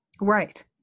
Right